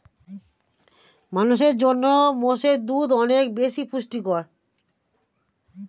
মানুষের জন্য মোষের দুধ অনেক বেশি পুষ্টিকর